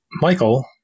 Michael